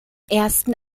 ersten